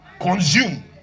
consume